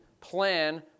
plan